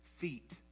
feet